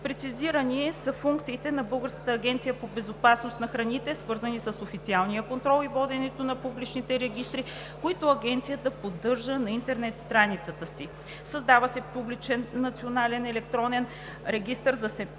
Прецизирани са функциите на Българската агенция по безопасност на храните, свързани с официалния контрол и воденето на публичните регистри, които Агенцията поддържа на интернет страницата си. Създава се публичен национален електронен регистър на